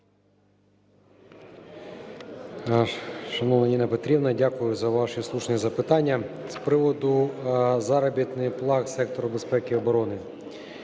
Шановна Ніна Петрівна, дякую за ваші слушні запитання. З приводу заробітної плати сектору безпеки і оборони,